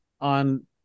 on